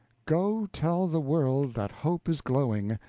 go tell the world that hope is glowing,